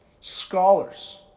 scholars